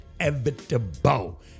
inevitable